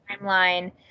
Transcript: timeline